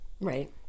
Right